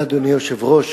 אדוני היושב-ראש,